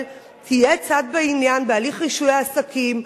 תהיה צד בעניין בהליך רישוי העסקים,